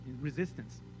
resistance